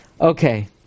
Okay